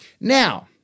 Now